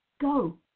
go